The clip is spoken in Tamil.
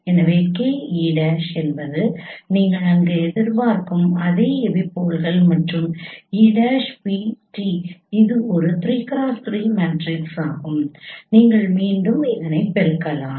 எனவே Ke' என்பது நீங்கள் அங்கு எதிர்பார்க்கும் அதே எபிபோல்கள் மற்றும் e'vT இது ஒரு 3x3 மேட்ரிக்ஸ் ஆகும் நீங்கள் மீண்டும் இதனை பெருக்கலாம்